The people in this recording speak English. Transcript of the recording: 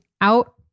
out